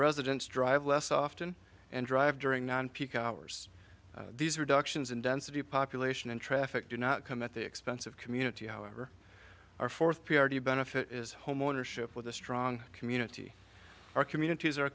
residents drive less often and drive during non peak hours these reductions in density population and traffic do not come at the expense of community however our fourth p r t benefit is homeownership with a strong community our communities are